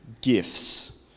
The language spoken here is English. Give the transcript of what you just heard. gifts